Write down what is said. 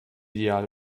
ideale